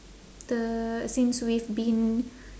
the since we've been